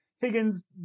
Higgins